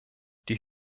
die